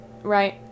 Right